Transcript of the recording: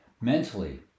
Mentally